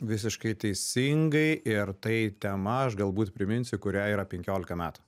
visiškai teisingai ir tai tema aš galbūt priminsiu kuriai yra penkiolika metų